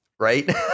right